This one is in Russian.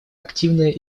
активное